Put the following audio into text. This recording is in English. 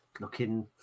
looking